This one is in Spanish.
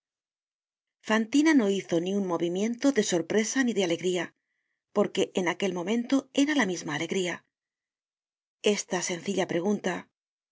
fantina no hizo ni un movimiento de sorpresa ni de alegría porque en aquel momento era la misma alegría esta sencilla pregunta